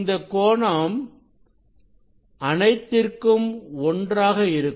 இந்த கோணம் அனைத்திற்கும் ஒன்றாக இருக்கும்